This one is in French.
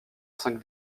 cinq